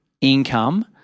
income